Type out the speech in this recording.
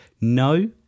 no